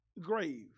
grave